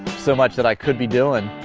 so much that i could be doing.